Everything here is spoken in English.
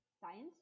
science